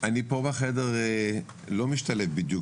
אני פה בחדר לא משתלב בדיוק